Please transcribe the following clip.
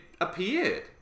Appeared